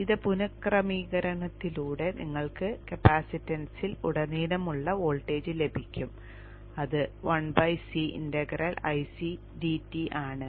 ഇത് പുനഃക്രമീകരിക്കുന്നതിലൂടെ നിങ്ങൾക്ക് കപ്പാസിറ്റൻസിൽ ഉടനീളമുള്ള വോൾട്ടേജ് ലഭിക്കും അത് 1C ∫ Ic dt ആണ്